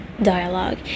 Dialogue